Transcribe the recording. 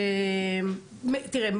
תראה,